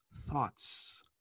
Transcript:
thoughts